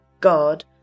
God